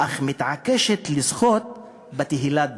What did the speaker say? אך מתעקשת לזכות בתהילת דוד.